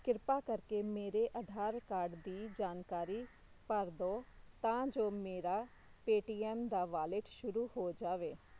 ਕਿਰਪਾ ਕਰਕੇ ਮੇਰੇ ਆਧਾਰ ਕਾਰਡ ਦੀ ਜਾਣਕਾਰੀ ਭਰ ਦਿਓ ਤਾਂ ਜੋ ਮੇਰਾ ਪੇਟੀਐੱਮ ਦਾ ਵਾਲਿਟ ਸ਼ੁਰੂ ਹੋ ਜਾਵੇ